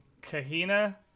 Kahina